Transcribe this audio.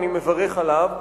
ואני מברך עליו,